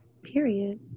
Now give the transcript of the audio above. Period